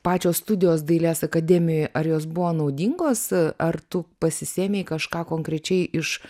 pačios studijos dailės akademijoj ar jos buvo naudingos ar tu pasisėmei kažką konkrečiai iš